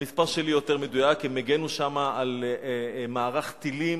הם הגנו שם על מערך טילים,